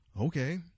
okay